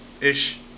ish